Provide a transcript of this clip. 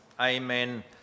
Amen